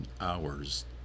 hours